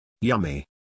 Yummy